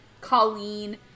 Colleen